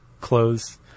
clothes